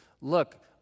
look